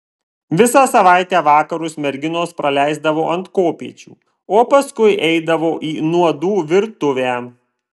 visą savaitę vakarus merginos praleisdavo ant kopėčių o paskui eidavo į nuodų virtuvę